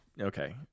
Okay